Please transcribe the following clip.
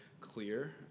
clear